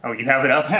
you have it it up?